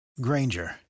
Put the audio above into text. Granger